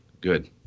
good